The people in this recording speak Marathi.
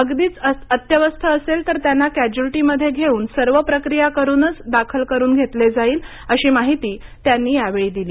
अगदी अत्यवस्थ असेल तर त्यांना कॅज्युल्टीमध्ये घेऊन सर्व प्रक्रिया करूनच दाखल करून घेतले जाईल अशी माहिती यावेळी त्यांनी दिली